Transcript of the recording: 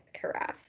carafe